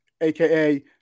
AKA